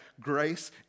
grace